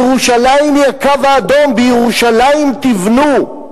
ירושלים היא הקו האדום, בירושלים תבנו,